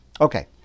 Okay